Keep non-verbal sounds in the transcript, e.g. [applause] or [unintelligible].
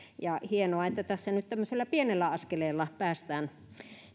hienoa että tässä nyt tämmöisellä pienellä askeleella päästään [unintelligible] [unintelligible]